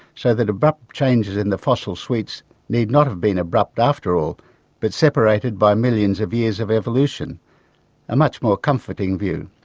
so that abrupt changes in the fossil suites need not have been abrupt after all but separated by millions of years of evolution a much more comforting view.